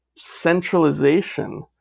centralization